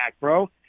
bro